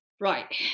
right